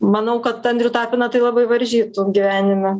manau kad andrių tapiną tai labai varžytų gyvenime